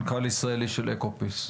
מנכ"ל ישראל של אקופיס.